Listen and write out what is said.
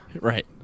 Right